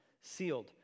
sealed